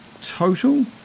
total